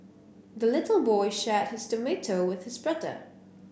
the little boy shared his tomato with his brother